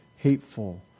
hateful